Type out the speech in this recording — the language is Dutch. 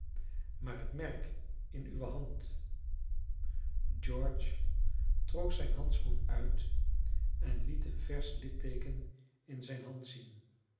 maar het merk in uwe hand george trok zijn handschoen uit en liet een versch litteeken in zijne hand zien